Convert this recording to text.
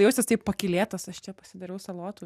jaustis taip pakylėtas aš čia pasidariau salotų